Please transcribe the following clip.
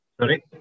Sorry